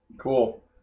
Cool